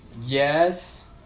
Yes